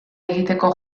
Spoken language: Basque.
egiteko